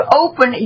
open